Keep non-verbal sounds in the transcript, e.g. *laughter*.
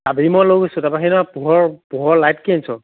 *unintelligible* লৈ গৈছো তাৰপৰা হেৰি নহয় পোহৰ পোহৰৰ লাইট কি আনিছ